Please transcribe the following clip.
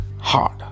hard